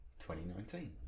2019